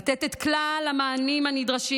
לתת את כל המענים הנדרשים,